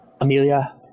amelia